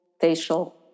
facial